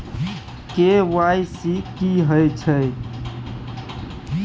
KYC की हय छै?